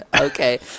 Okay